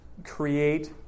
Create